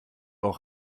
auch